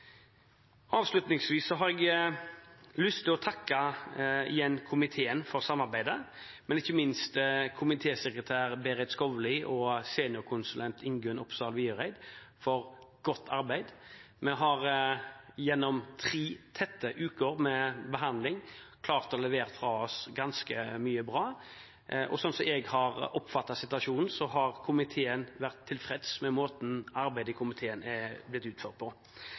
Avslutningsvis har jeg lyst til igjen å takke komiteen for samarbeidet, og ikke minst komitésekretær Berit Skovly og seniorkonsulent Ingunn Oppsahl Viereid for godt arbeid. Vi har gjennom tre tette uker med behandling klart å levere fra oss ganske mye bra. Sånn som jeg har oppfattet situasjonen, har komiteen vært tilfreds med måten arbeidet i komiteen er blitt utført på.